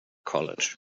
college